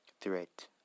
threat